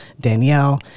danielle